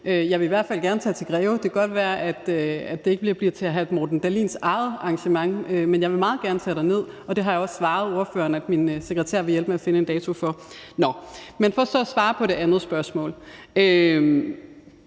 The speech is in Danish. jeg vil i hvert fald gerne tage til Greve. Det kan godt være, at det ikke bliver til hr. Morten Dahlins eget arrangement, men jeg vil meget gerne tage derned, og det har jeg også svaret ordføreren at min sekretær vil hjælpe med at finde en dato for. Nå, men for så at svare på det andet spørgsmål: